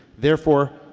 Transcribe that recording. therefore,